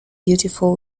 beautiful